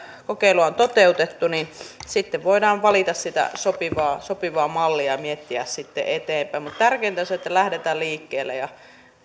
kokeilua on toteutettu voidaan valita sopivaa sopivaa mallia ja miettiä sitten eteenpäin mutta tärkeintä on se että lähdetään liikkeelle ja